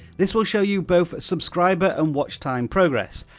this will show you both subscriber and watch time progress.